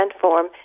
form